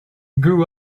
grew